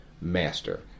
master